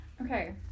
Okay